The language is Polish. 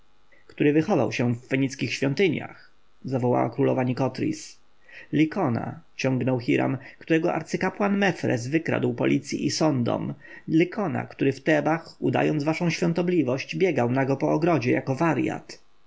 który wychował się w fenickich świątyniach zawołała królowa nikotris lykona ciągnął hiram którego arcykapłan mefres wykradł policji i sądom lykona który w tebach udając waszą świątobliwość biegał nago po ogrodzie jako warjat